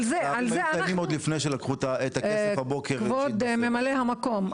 על זה אנחנו --- לפני שלקחו את הכסף בבוקר --- כבוד ממלא המקום,